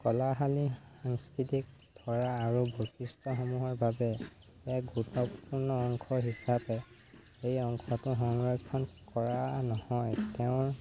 কলাশালী সাংস্কৃতিক ধৰা আৰু বৈশিষ্ট্যসমূহৰ বাবে এক গুৰুত্বপূৰ্ণ অংশ হিচাপে এই অংশটো সংৰক্ষণ কৰা নহয় তেওঁৰ